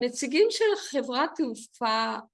נציגים של חברת תעופה.